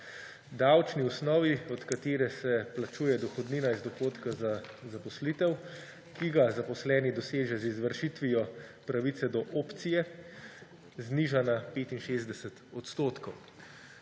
davčni osnovi, od katere se plačuje dohodnina iz dohodka za zaposlitev, ki ga zaposleni doseže z izvršitvijo pravice do opcije, zniža na 65 odstotkov.